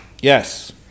Yes